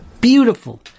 beautiful